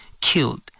killed